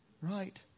right